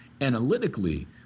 analytically